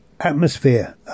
atmosphere